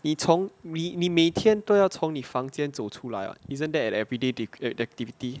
你从你每天都要从你房间走出来 isn't that an everyday activity